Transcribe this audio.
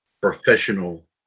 professional